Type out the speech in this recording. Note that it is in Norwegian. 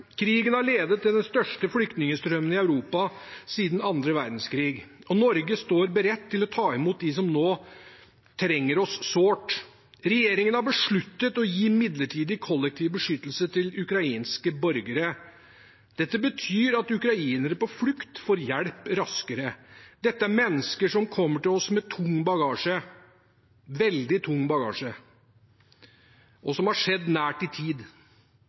Krigen har ledet til den største flyktningstrømmen i Europa siden annen verdenskrig, og Norge står beredt til å ta imot dem som nå trenger oss sårt. Regjeringen har besluttet å gi midlertidig kollektiv beskyttelse til ukrainske borgere. Dette betyr at ukrainere på flukt får hjelp raskere. Dette er mennesker som kommer til oss med tung bagasje, veldig tung bagasje – og noe som har skjedd nært i tid.